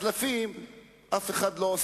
קיצוצים,